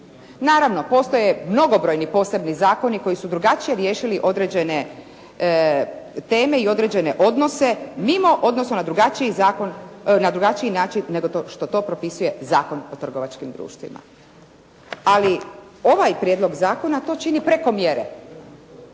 Naravno postoje mnogobrojni posebni zakoni koji su drugačije riješili određene teme i određene odnose mimo, odnosno na drugačiji način nego što to propisuje Zakon o trgovačkim društvima. Ali ovaj prijedlog zakona to čini preko mjere.